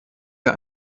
wer